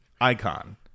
icon